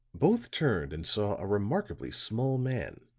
both turned and saw a remarkably small man,